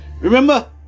Remember